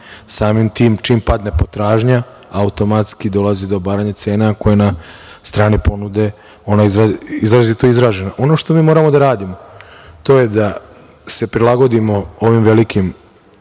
Samim tim, čim padne potražnja automatski dolazi do obaranja cena koja je na strani ponude izuzetno izražena. Ono što mi moramo da radimo to je da se prilagodimo ovim velikim